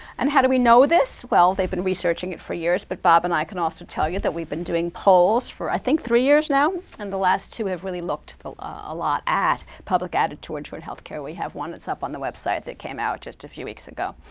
and how do we know this? well, they've been researching it for years, but bob and i can also tell you that we've been doing polls for, i think, three years now. and the last two have really looked a lot at public attitude toward health care. we have one it's up on the website that came out just a few weeks ago,